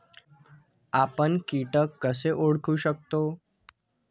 आपण कीटक कसे ओळखू शकतो?